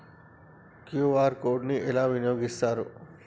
QR code ని ఎలా వినియోగిస్తారు?